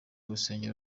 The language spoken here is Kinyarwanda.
urusengero